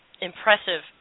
impressive